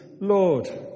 Lord